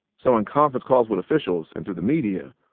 so in conference calls with officials and through the media,